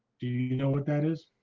do you know what that is?